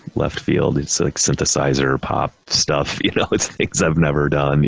left field. it's like synthesizer pop stuff, you know, it's things i've never done, i mean